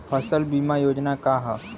फसल बीमा योजना का ह?